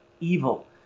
evil